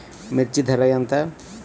మిర్చి ధర ఎంత?